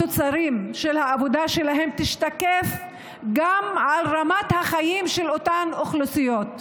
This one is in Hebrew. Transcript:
התוצרים של העבודה שלהם ישתקפו גם ברמת החיים של אותן אוכלוסיות.